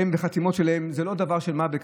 עם החתימות שבהם, הם לא דבר של מה בכך.